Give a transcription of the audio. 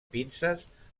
pinces